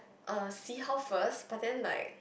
uh see how first but then like